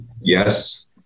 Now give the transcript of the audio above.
yes